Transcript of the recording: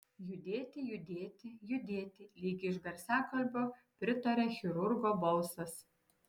judėti judėti judėti lyg iš garsiakalbio pritaria chirurgo balsas